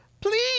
Please